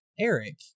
Eric